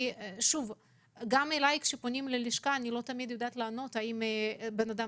גם כשפונים אלי ללשכה אני לא תמיד יודעת לענות האם בן אדם